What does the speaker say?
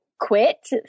quit